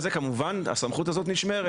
במקרה הזה כמובן הסמכות הזאת נשמרת.